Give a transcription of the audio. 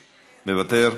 מוותר,